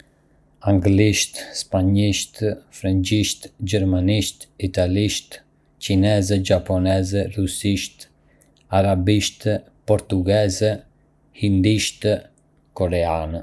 Ka shumë gjuhë që fliten në të gjithë botën, përfshirë anglisht, spanjisht, frëngjisht, gjermanisht, italisht, kineze, japoneze, rusisht, arabishte, portugeze, hindishte, dhe koreane. Çdo gjuhë ka strukturën dhe kulturën e saj unike.